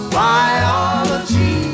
biology